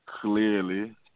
clearly